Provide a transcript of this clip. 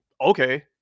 Okay